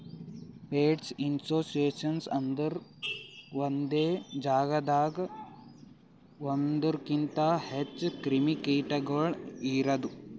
pest infestations ಅಂದುರ್ ಒಂದೆ ಜಾಗದಾಗ್ ಒಂದೂರುಕಿಂತ್ ಹೆಚ್ಚ ಕ್ರಿಮಿ ಕೀಟಗೊಳ್ ಇರದು